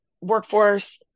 workforce